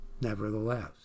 Nevertheless